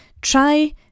Try